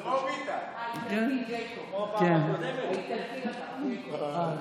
אבי, כתוב אצלי שאתה מדבר 45 דקות.